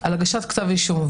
על הגשת כתב אישום,